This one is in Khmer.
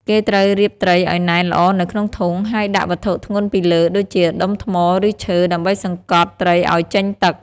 គេត្រូវរៀបត្រីឱ្យណែនល្អនៅក្នុងធុង ហើយដាក់វត្ថុធ្ងន់ពីលើ ដូចជា ដុំថ្ម ឬឈើ ដើម្បីសង្កត់ត្រីឱ្យចេញទឹក។